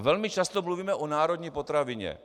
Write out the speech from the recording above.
Velmi často mluvíme o národní potravině.